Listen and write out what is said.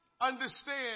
understand